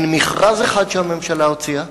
אין מכרז אחד שהממשלה הוציאה,